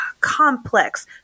complex